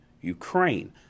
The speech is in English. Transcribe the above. ukraine